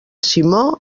simó